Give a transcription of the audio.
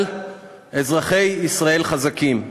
אבל אזרחי ישראל חזקים,